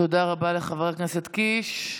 תודה רבה לחבר הכנסת קיש.